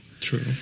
True